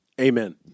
Amen